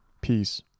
peace